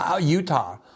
Utah